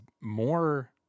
more